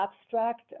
abstract